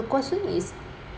the question is